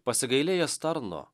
pasigailėjęs tarno